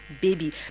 baby